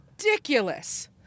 ridiculous